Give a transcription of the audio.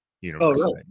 University